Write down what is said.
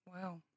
Wow